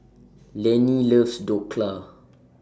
Lennie loves Dhokla